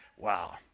Wow